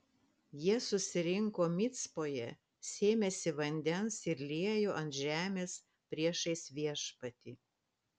jie susirinko micpoje sėmėsi vandens ir liejo ant žemės priešais viešpatį